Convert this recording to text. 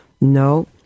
No